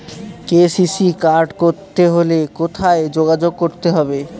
KCC card করতে হলে কোথায় যোগাযোগ করতে হবে?